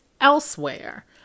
elsewhere